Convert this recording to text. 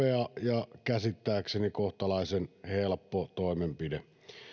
ja käsittääkseni kohtalaisen helppo toimenpide